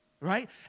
right